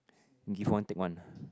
give one take one